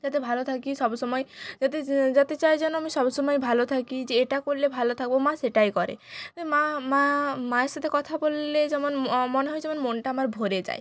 যাতে ভালো থাকি সবসময় যাতে যাতে চায় যেন আমি সবসময় ভালো থাকি যে এটা করলে ভালো থাকব মা সেটাই করে মা মা মায়ের সাথে কথা বললে যেমন মনে হয় যেমন মনটা আমার ভরে যায়